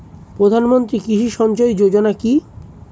প্রধানমন্ত্রী কৃষি সিঞ্চয়ী যোজনা কি?